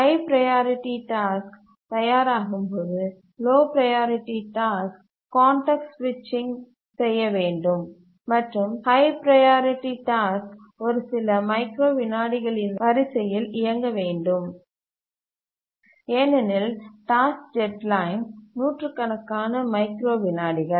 high priority task தயாராகும்போது low priority task context சுவிட்சிங் செய்ய வேண்டும் மற்றும் ஹய் ப்ரையாரிட்டி டாஸ்க் ஒரு சில மைக்ரோ விநாடிகளின் வரிசையில் இயங்க வேண்டும் ஏனெனில் டாஸ்க் டெட்லைன் நூற்றுக்கணக்கான மைக்ரோ விநாடிகள்